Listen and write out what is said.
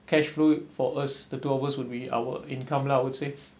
cash flow for us the two of us would be our income lah I would say